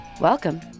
Welcome